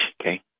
okay